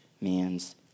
man's